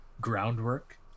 groundwork